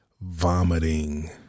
vomiting